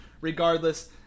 regardless